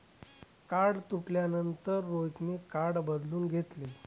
card तुटल्यानंतर रोहितने card बदलून घेतले